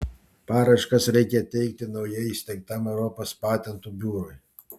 paraiškas reikia teikti naujai įsteigtam europos patentų biurui